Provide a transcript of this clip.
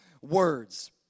Words